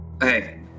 Hey